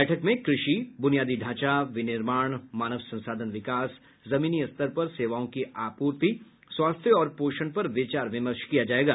बैठक ेमें कृषि बुनियादी ढांचा विनिर्माण मानव संसाधन विकास जमीनी स्तर पर सेवाओं की आपूर्ति स्वास्थ्य और पोषण पर विचार विमर्श किया जायेगा